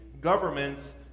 government's